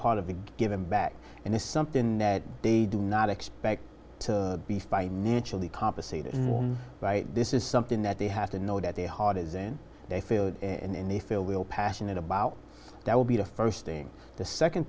part of giving back and it's somethin that they do not expect to be financially compensated by this is something that they have to know that their heart is in they feel and they feel will passionate about that will be the first thing the second